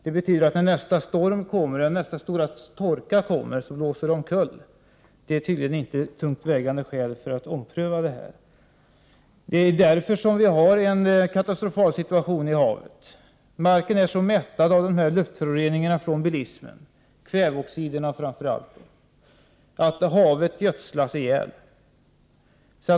Det betyder att när nästa stora torka eller nästa stora storm kommer faller allting omkull. Men det är tydligen inte tillräckligt tungt vägande skäl för att ompröva beslutet. Det är därför som vi har en katastrofal situation i havet. Marken är så mättad av luftföroreningarna från bilismen, kväveoxiderna framför allt, att havet gödslas ihjäl.